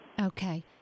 Okay